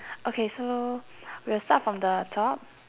okay so we'll start from the top